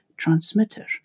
Transmitter